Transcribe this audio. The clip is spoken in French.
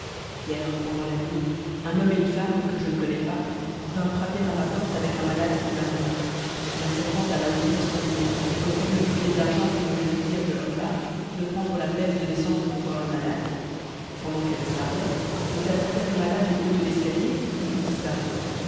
hier pendant la nuit un homme et une femme que je ne connais pas vinrent frapper à ma porte avec un malade qu'ils m'amenaient ma servante alla ouvrir sans lumière et reçut d'eux une pièce d'argent pour me venir dire de leur part de prendre la peine de descendre pour voir le malade pendant qu'elle me parlait ils apportèrent le malade au haut de l'escalier et puis